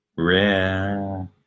rare